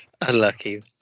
Unlucky